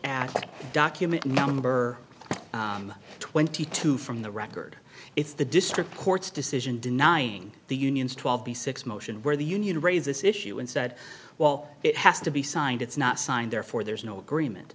that document number twenty two from the record if the district court's decision denying the union's twelve b six motion where the union raise this issue and said well it has to be signed it's not signed therefore there's no agreement